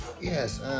Yes